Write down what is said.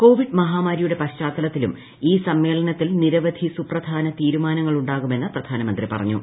Covid മഹാമാരിയുടെ പശ്ചാത്തൽത്തിലും ഈ സമ്മേളനത്തിൽ നിരവധി സുപ്രധാന തീരുമാനങ്ങൾ ഉണ്ടാകുമെന്ന് മന്ത്രി പറഞ്ഞു